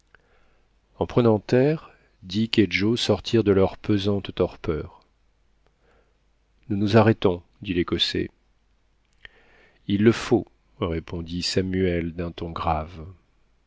en prenant terre dick et joe sortirent de leur pesante torpeur nous nous arrêtons dit l'écossais il le faut répondit samuel d'un ton grave